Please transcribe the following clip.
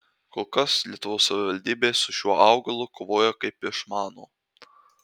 kol kas lietuvos savivaldybės su šiuo augalu kovoja kaip išmano